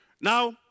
Now